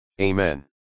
Amen